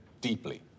deeply